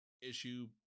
issue